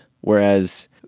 whereas